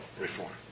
reform